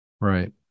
Right